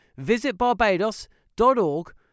visitbarbados.org